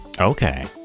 Okay